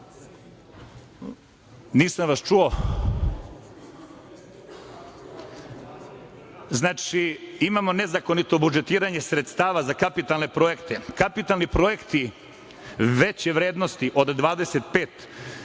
pogodbom. Znači, imamo nezakonito budžetiranje sredstava za kapitalne projekte. Kapitalni projekti veće vrednosti od 25